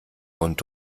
und